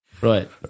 Right